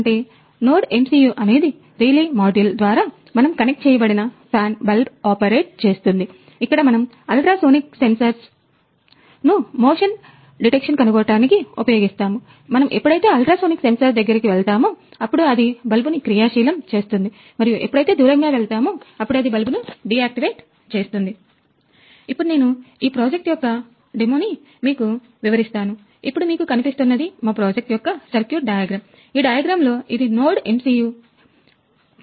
అంటే NodeMCU అనేది relay module ద్వారా మనం కనెక్ట్ చేయబడిన fan bulb ఆపరేట్ చేస్తుంది ఇప్పుడు నేను నా ప్రాజెక్టు యొక్క డెమో అనేది బోర్డు లో ఉంటుంది